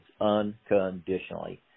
unconditionally